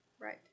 Right